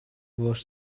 was